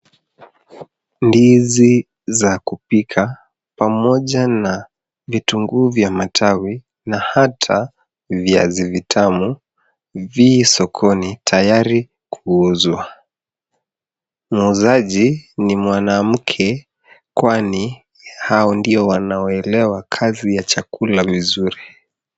Ndizi za kupika pamoja na vitunguu vya matawi na hata viazi vitamu vi sokoni tayari kuuzwa. Muuzaji ni mwanamke kwani hao ndio wanaoelewa kazi ya chakula vizuri.